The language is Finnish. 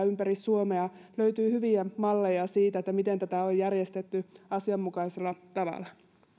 ympäri suomea löytyy hyviä malleja siitä miten tätä on järjestetty asianmukaisella tavalla